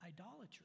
idolatry